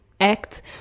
Act